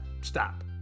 stop